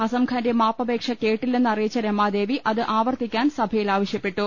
അസംഖാന്റെ മാപ്പ പേക്ഷ കേട്ടില്ലെന്ന് അറിയിച്ച രമാദേവി അത് ആവർത്തി ക്കാൻ സഭയിൽ ആവശ്യപ്പെട്ടു